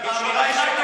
הוא אומר שהאמירה היא שקר.